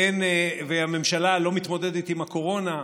והממשלה לא מתמודדת עם הקורונה,